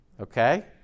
okay